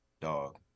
Dog